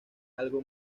algo